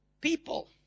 people